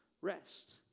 rest